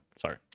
Sorry